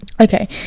okay